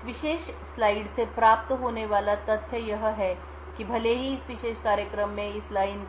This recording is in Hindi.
इस विशेष स्लाइड से प्राप्त होने वाला तथ्य यह है कि भले ही इस विशेष कार्यक्रम में इस लाइन